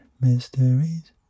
Mysteries